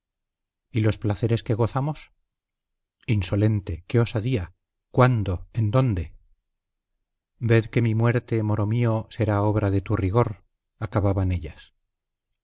y los placeres que gozamos insolente qué osadía cuándo en dónde ved que mi muerte moro mío será obra de tu rigor acababan ellas